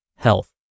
health